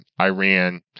Iran